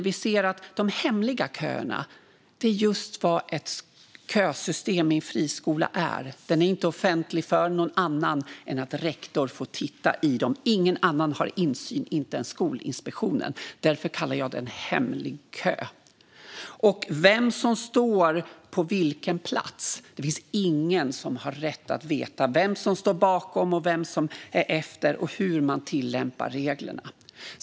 Vi ser att de hemliga köerna är just vad ett kösystem i en friskola är. Den är inte offentlig för någon annan än att rektor får titta i den. Ingen annan har insyn, och inte ens Skolinspektionen. Därför kallar jag det för en hemlig kö. Vem som står på vilken plats finns det ingen som har rätt att veta. Det gäller vem som står bakom, vem som står därefter och hur man tillämpar reglerna.